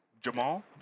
Jamal